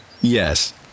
Yes